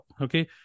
Okay